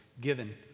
given